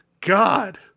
God